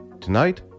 Tonight